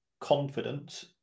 confident